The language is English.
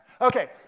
Okay